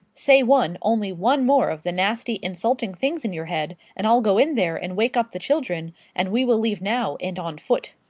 say one, only one more of the nasty, insulting things in your head, and i'll go in there and wake up the children and we will leave now and on foot.